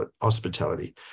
hospitality